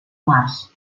març